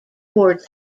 towards